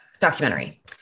documentary